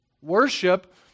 Worship